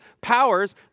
powers